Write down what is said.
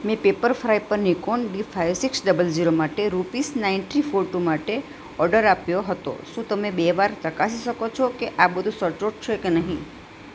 મેં પેપરફ્રાય પર Nikon D five six double zero માટે રૂપીસ નાઇન્ટી ફોર ટુ માટે ઓડર આપ્યો હતો શું તમે બે વાર ચકાસી શકો છો કે આ બધું સચોટ છે કે નહીં